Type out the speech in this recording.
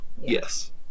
yes